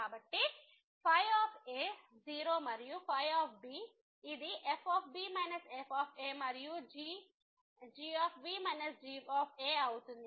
కాబట్టి ϕ 0 మరియు ϕ ఇది f f మరియు g g అవుతుంది